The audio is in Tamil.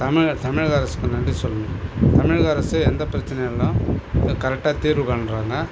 தமிழ தமிழக அரசுக்கு நன்றி சொல்லணும் தமிழக அரசு எந்தப் பிரச்சனையாக இருந்தாலும் கரெக்டாக தீர்வு காண்கிறாங்க